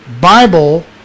Bible